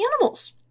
animals